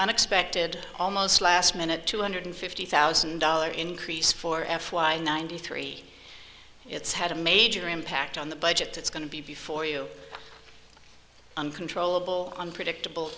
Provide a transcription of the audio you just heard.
unexpected almost last minute two hundred fifty thousand dollar increase for f y ninety three it's had a major impact on the budget that's going to be before you uncontrollable unpredictable